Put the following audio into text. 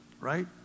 right